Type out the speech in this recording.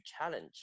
challenge